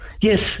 yes